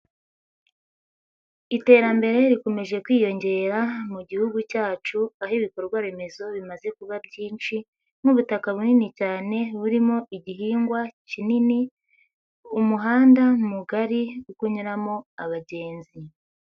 Iterambere rikomeje kwiyongera mu gihugu cyacu, aho ibikorwa remezo bimaze kuba byinshi nk'ubutaka bunini cyane burimo igihingwa kinini, umuhanda mugari uri kunyuramo abagenzi.